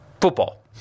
football